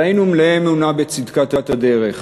אבל היינו מלאי אמונה בצדקת הדרך.